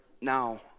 now